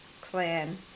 clan